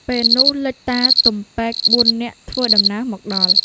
ពេលនោះលេចតា ទំពែក បួននាក់ធ្វើដំណើរមកដល់។